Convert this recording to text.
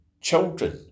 children